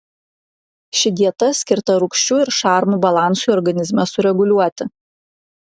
ši dieta skirta rūgščių ir šarmų balansui organizme sureguliuoti